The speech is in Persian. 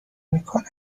میکنم